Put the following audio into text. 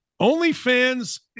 OnlyFans